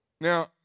Now